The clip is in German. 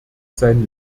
sein